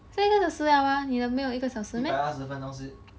是一个小时了啊你的没有一个小时:shi yi ge xiao shi lea ni de mei you yi ge xiao shi meh